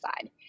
side